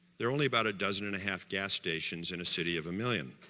there are only about a dozen and a half gas stations in a city of a million.